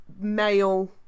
male